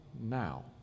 now